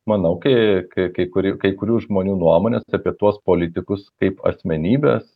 manau kai kai kuri kai kurių žmonių nuomones apie tuos politikus kaip asmenybes